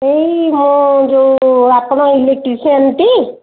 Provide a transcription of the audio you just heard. ଏହି ମ ଯେଉଁ ଆପଣ ଇଲେକ୍ଟ୍ରିସିଆନ ଟି